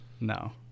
No